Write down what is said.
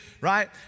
right